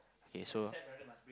k so